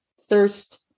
thirst